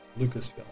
Lucasfilm